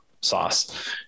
sauce